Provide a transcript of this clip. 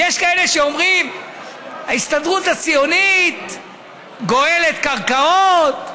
ויש כאלה שאומרים: ההסתדרות הציונית גואלת קרקעות.